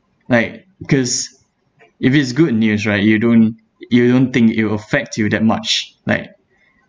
like cause if it's good news right you don't you don't think it will affect you that much like